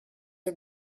are